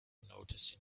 noticing